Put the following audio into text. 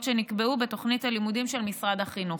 שנקבעו בתוכנית הלימודים במשרד החינוך.